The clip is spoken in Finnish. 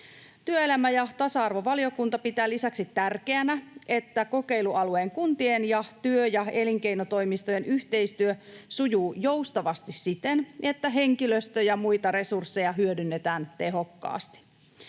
Työelämä- ja tasa-arvovaliokunta pitää lisäksi tärkeänä, että kokeilualueen kuntien ja työ- ja elinkeinotoimistojen yhteistyö sujuu joustavasti siten, että henkilöstö- ja muita resursseja hyödynnetään tehokkaasti.